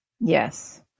Yes